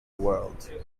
world